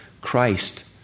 Christ